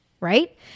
right